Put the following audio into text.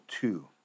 two